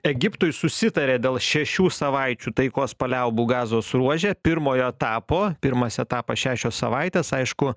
egiptui susitarė dėl šešių savaičių taikos paliaubų gazos ruože pirmojo etapo pirmas etapas šešios savaitės aišku